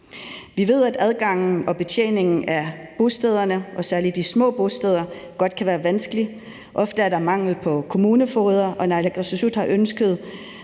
Vi ved, at adgangen til og betjeningen af bostederne og særlig de små bosteder godt kan være vanskelig. Ofte er der mangel på kommunefogeder, og naalakkersuisut har ønsket,